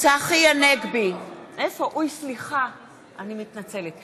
צחי הנגבי, אינו נוכח שרן השכל, מצביעה